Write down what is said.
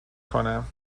کنم